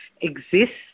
exists